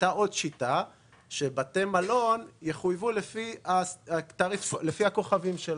הייתה עוד שיטה שלפיה בתי מלון חויבו לפי הכוכבים שלהם: